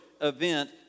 event